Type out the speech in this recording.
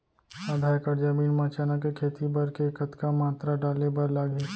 आधा एकड़ जमीन मा चना के खेती बर के कतका मात्रा डाले बर लागही?